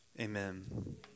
Amen